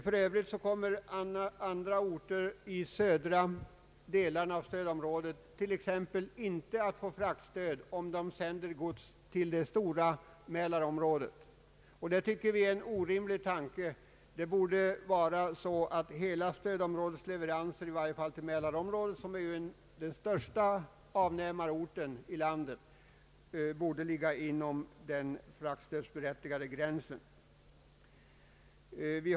För övrigt kommer vissa orter i södra delen av stödområdet inte att få fraktstöd när de sänder gods till det stora Mälarområdet. Detta tycker vi är orimligt. Det borde vara så att hela stödområdets leveranser till Mälarområdet, som ju är det största avnämarområdet i landet, skulle ligga inom den fraktstödsberättigade gränsen.